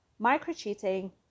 Micro-cheating